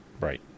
Right